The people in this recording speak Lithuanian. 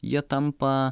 jie tampa